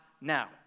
now